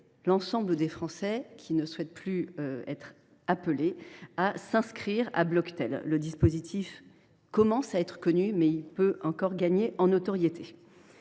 l’ensemble des Français qui ne souhaitent plus être démarchés à s’y inscrire. Le dispositif commence à être connu, mais il peut encore gagner en notoriété.